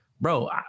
Bro